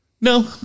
No